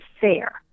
fair